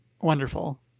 Wonderful